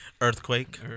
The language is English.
Earthquake